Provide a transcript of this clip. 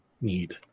need